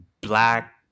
black